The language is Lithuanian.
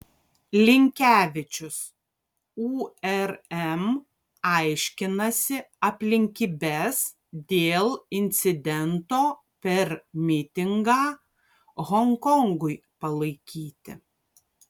linkevičius urm aiškinasi aplinkybes dėl incidento per mitingą honkongui palaikyti